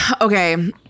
Okay